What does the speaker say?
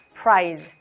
prize